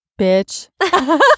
bitch